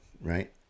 right